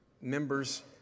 members